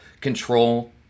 control